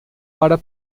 para